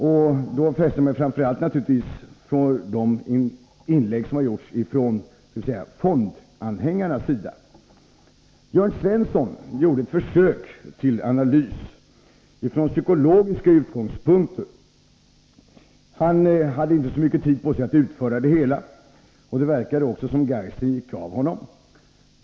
Jag har naturligtvis framför allt fäst mig för de inlägg som har gjorts från fondanhängarnas sida. Jörn Svensson gjorde ett försök till analys från psykologiska utgångspunkter. Han hade inte så mycket tid på sig att utveckla det hela. Det verkade också som om geisten gick ur honom.